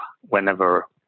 whenever